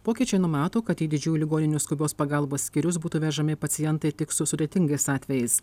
pokyčiai numato kad į didžiųjų ligoninių skubios pagalbos skyrius būtų vežami pacientai tik su sudėtingais atvejais